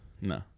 No